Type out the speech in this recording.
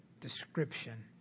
description